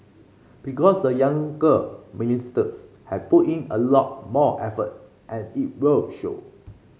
because the younger ministers have put in a lot more effort and it will show